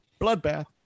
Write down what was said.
bloodbath